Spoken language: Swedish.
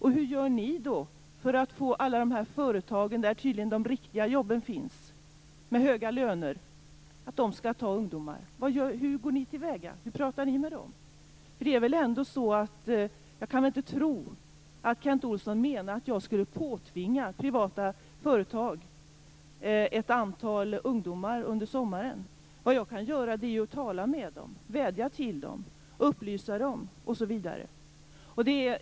Hur gör ni för att få alla de här företagen, där tydligen de riktiga jobben med höga löner finns, att ta emot ungdomar? Hur går ni till väga? Hur pratar ni med dem? Jag kan inte tro att Kent Olsson menar att jag skulle påtvinga privata företag ett antal ungdomar under sommaren. Vad jag kan göra är att tala med privata företagare, vädja till dem, upplysa dem osv.